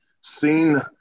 seen